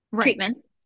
treatments